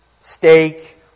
steak